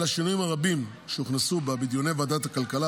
על השינויים הרבים שהוכנסו בה בדיוני ועדת הכלכלה,